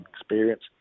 experience